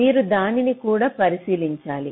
మీరు దానిని కూడా పరిశీలించాలి